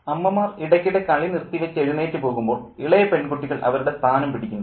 "അമ്മമാർ ഇടയ്ക്കിടെ കളി നിർത്തിവച്ച് എഴുന്നേറ്റു പോകുമ്പോൾ ഇളയ പെൺകുട്ടികൾ അവരുടെ സ്ഥാനം പിടിക്കുന്നു